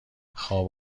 خواب